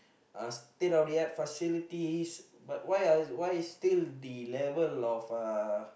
uh state of the art facilities but why uh why still the level of uh